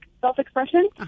self-expression